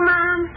Mom